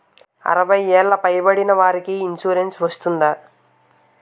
అరవై ఏళ్లు పై పడిన వారికి ఇన్సురెన్స్ వర్తిస్తుందా?